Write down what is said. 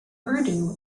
urdu